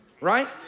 right